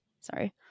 Sorry